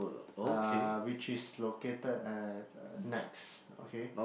uh which is located at uh Nex okay